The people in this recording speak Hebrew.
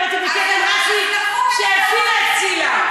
אני הייתי בקרן רש"י שהפעילה את ציל"ה.